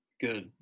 Good